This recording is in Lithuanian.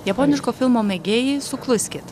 japoniško filmo mėgėjai sukluskit